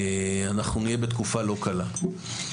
אנחנו נהיה בתקופה לא קלה.